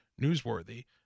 newsworthy